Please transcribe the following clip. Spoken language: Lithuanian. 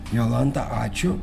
jolanta ačiū